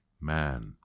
man